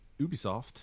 Ubisoft